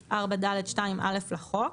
(להלן, החוק),